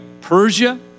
Persia